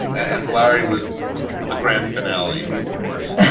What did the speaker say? and larry was the grand finale. of course,